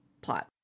plot